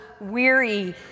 weary